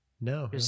No